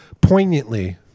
poignantly